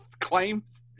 claims